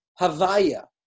Havaya